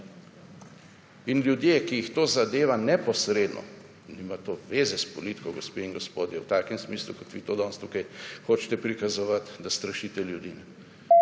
Ljudje, ki jih to zadeva neposredno nima to veze s politiko, gospe in gospodje, v takem smislu kot vi danes hočete prikazovati, da strašite ljudi.